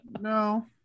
No